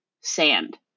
sand